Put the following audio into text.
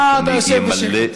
אה, אתה יושב בשקט.